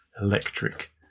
electric